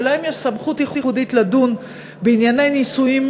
שלהם יש סמכות ייחודית לדון בענייני נישואים